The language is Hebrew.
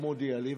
שמודיע לי,